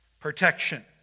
protection